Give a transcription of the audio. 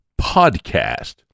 Podcast